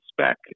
spec